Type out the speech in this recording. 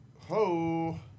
Ho